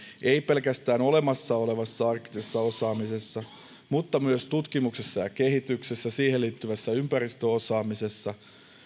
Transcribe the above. ei pelkästään olemassa olevassa arktisessa osaamisessa vaan myös tutkimuksessa ja kehityksessä siihen liittyvässä ympäristöosaamisessa